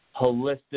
holistic